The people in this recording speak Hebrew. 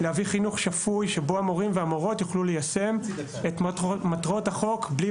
להביא חינוך שפוי שבו מורות ומורים יוכלו ליישם את מטרות החינוך בלי